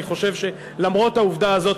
אני חושב שלמרות העובדה הזאת,